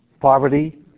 poverty